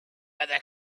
other